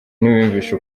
ntibiyumvisha